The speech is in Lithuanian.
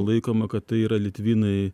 laikoma kad tai yra litvinai